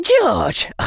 George